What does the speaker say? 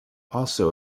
also